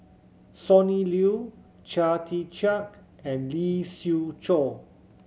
Sonny Liew Chia Tee Chiak and Lee Siew Choh